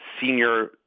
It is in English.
senior